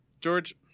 George